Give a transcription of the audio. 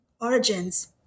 origins